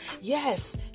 Yes